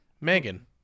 Megan